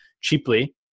cheaply